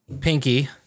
pinky